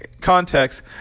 context